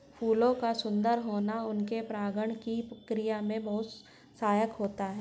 फूलों का सुंदर होना उनके परागण की क्रिया में बहुत सहायक होता है